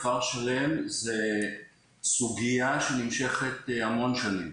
כפר שלם זו סוגיה שנמשכת המון שנים.